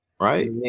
right